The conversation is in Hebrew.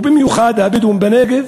ובמיוחד לבדואים בנגב,